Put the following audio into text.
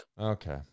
okay